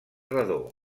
redó